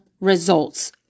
results